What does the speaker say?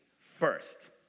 first